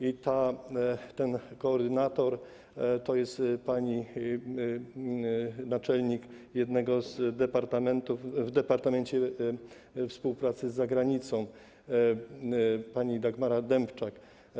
I ten koordynator to jest pani naczelnik jednego z departamentów, w Departamencie Współpracy z Zagranicą, pani Dagmara Dębczak.